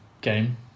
game